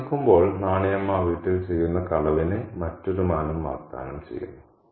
നിര്ബന്ധിക്കുമ്പോൾ നാണി അമ്മ ആ വീട്ടിൽ ചെയ്യുന്ന കളവിന് മറ്റൊരു മാനം വാഗ്ദാനം ചെയ്യുന്നു